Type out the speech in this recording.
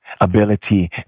ability